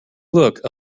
look